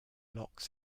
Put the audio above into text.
locks